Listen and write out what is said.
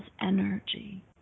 energy